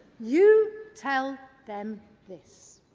you tell them this